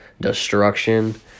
destruction